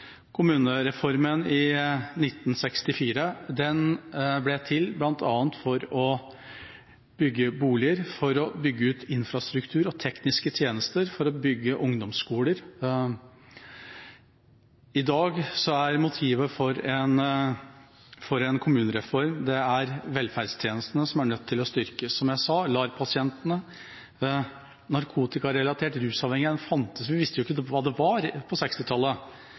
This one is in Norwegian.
Kommunereformen i 1964 ble til bl.a. for å bygge boliger, for å bygge ut infrastruktur og tekniske tjenester, for å bygge ungdomsskoler. I dag er motivet for en kommunereform velferdstjenestene, som er nødt til å styrkes. Som jeg sa, LAR-pasientene, narkotikarelatert rusavhengighet – vi visste jo ikke hva det var på